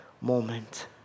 moment